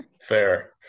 Fair